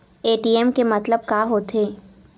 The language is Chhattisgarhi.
ए.टी.एम के मतलब का होथे?